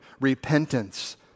repentance